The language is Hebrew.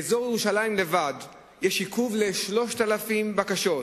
באזור ירושלים בלבד יש עיכוב ל-3,000 בקשות.